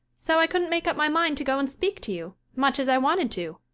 so i couldn't make up my mind to go and speak to you, much as i wanted to.